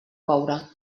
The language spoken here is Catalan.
coure